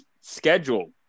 schedule